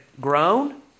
grown